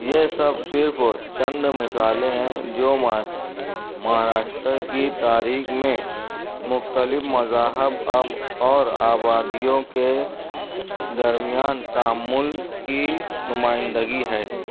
یہ سب صرف چند مثالیں ہیں جو مہاراشٹرا کی تاریخ میں مختلف مذاہب اب اور آبادیوں کے درمیان تعمل کی نمائندگی ہے